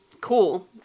cool